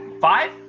Five